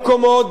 ב"שיגים",